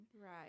Right